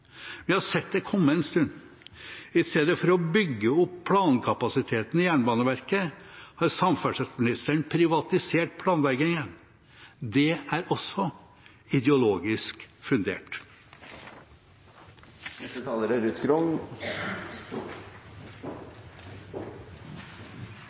Vi har sett det komme en stund. I stedet for å bygge opp plankapasiteten i Jernbaneverket har samferdselsministeren privatisert planleggingen. Det er også ideologisk fundert.